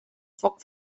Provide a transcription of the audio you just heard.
foc